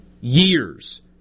years